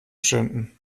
schinden